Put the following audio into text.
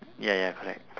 ya ya correct